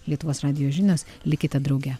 lietuvos radijo žinios likite drauge